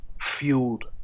fueled